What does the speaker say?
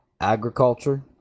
agriculture